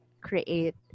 create